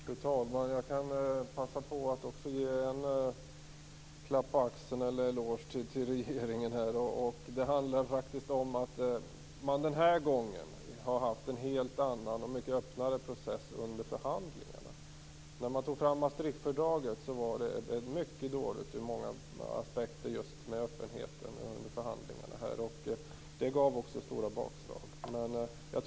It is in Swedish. Fru talman! Jag kan också passa på att ge en klapp på axeln eller en eloge till regeringen. Det handlar om att man den här gången har haft en mycket mer öppen process under förhandlingarna. När Maastrichtfördraget togs fram var det ur många aspekter mycket dåligt med öppenheten under förhandlingarna, och det gav också stora bakslag.